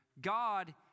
God